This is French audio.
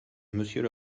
monsieur